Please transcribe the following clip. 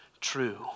true